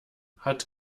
hat